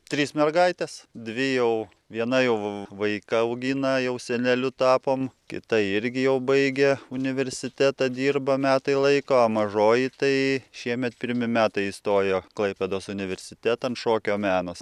tris mergaites dvi jau viena jau vaiką augina jau seneliu tapom kita irgi jau baigė universitetą dirba metai laiko a mažoji tai šiemet pirmi metai įstojo klaipėdos universitetan šokio menas